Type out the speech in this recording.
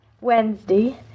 Wednesday